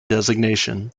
designation